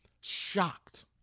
Shocked